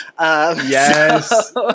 Yes